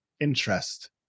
interest